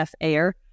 Air